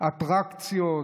אטרקציות,